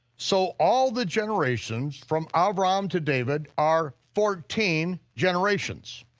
so all the generations, from abram to david, are fourteen generations.